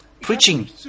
preaching